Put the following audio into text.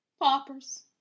Paupers